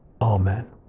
Amen